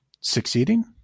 succeeding